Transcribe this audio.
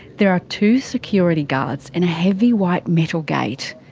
there are two security guards and a heavy white metal gate.